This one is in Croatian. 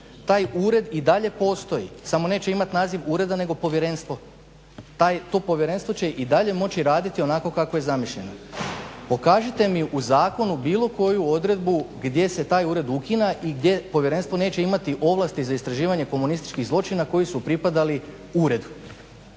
Taj ured i dalje postoji, samo neće imat naziv ureda nego povjerenstvo. To povjerenstvo će i dalje moći raditi onako kako je zamišljeno. Pokažite mi u zakonu bilo koju odredbu gdje se taj ured ukida i gdje povjerenstvo neće imati ovlasti za istraživanje komunističkih zločina koji su pripadali uredu.